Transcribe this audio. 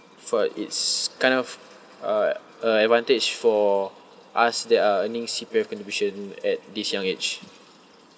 for it's kind of uh a advantage for us that are earning C_P_F contribution at this young age